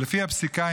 ולפי הפסיקה,